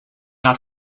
not